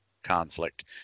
conflict